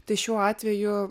tai šiuo atveju